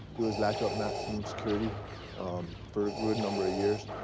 he was locked up maximum security for a good number of years,